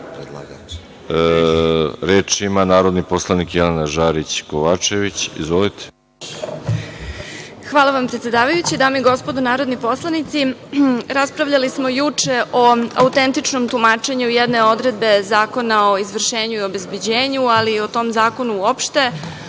ima narodni poslanik Jelena Žarić Kovačević. Izvolite. **Jelena Žarić Kovačević** Hvala vam predsedavajući, dame i gospodo narodni poslanici, raspravljali smo juče o autentičnom tumačenju jedne odredbe Zakona o izvršenju i obezbeđenju, ali i o tom zakonu uopšte. Samo